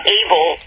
able